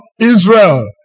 Israel